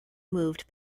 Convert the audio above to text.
moved